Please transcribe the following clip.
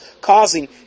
causing